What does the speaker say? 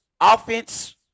offense